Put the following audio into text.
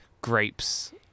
grapes